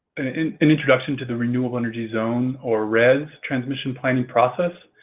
an introduction to the renewable energy zone or rez transmission planning process,